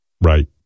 Right